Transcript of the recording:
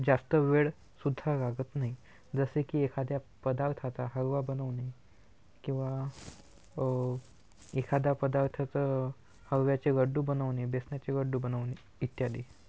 जास्त वेळ सुध्दा लागत नाही जसे की एखाद्या पदार्थाचा हलवा बनवणे किंवा एखादा पदार्थाचं हलव्याचे लड्डू बनवणे बेसनाचे लड्डू बनवणे इत्यादि